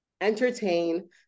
entertain